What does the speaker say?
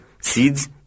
seeds